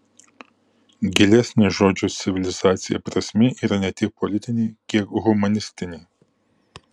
gilesnė žodžio civilizacija prasmė yra ne tiek politinė kiek humanistinė